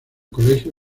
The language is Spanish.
colegio